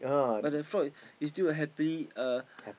but the frog is still a happily uh